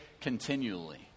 continually